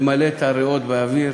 ממלא את הריאות באוויר.